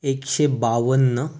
एकशे बावन्न